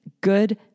good